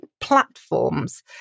platforms